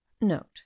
Note